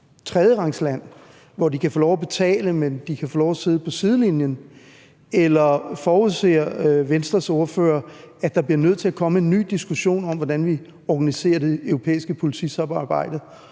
tredjerangsland, hvor de kan få lov at betale, men samtidig kan de få lov at sidde på sidelinjen? Eller forudser Venstres ordfører, at der bliver nødt til at komme en diskussionen om, hvordan vi organiserer det europæiske politisamarbejde,